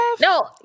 no